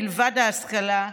מלבד ההשכלה,